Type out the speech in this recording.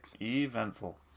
Eventful